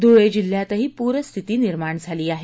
धुळे जिल्ह्यातही पूरस्थिती निर्माण झाली आहे